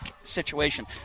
situation